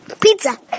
Pizza